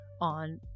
on